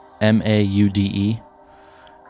M-A-U-D-E